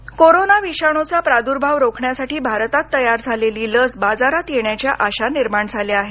भारतीय लस कोरोना विषाणूचा प्रादुर्भाव रोखण्यासाठी भारतात तयार झालेली लस बाजारात येण्याच्या आशा निर्माण झाल्या आहेत